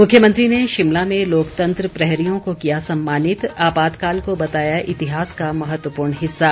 मुख्यमंत्री ने शिमला में लोकतंत्र प्रहरियों को किया सम्मानित आपातकाल को बताया इतिहास का महत्वपूर्ण हिस्सा